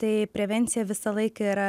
tai prevencija visą laiką yra